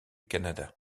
canada